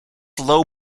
low